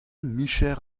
micher